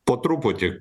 po truputį